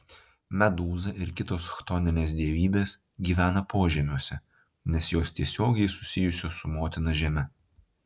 medūza ir kitos chtoninės dievybės gyvena požemiuose nes jos tiesiogiai susijusios su motina žeme